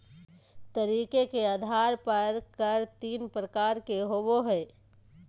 तरीके के आधार पर कर तीन प्रकार के होबो हइ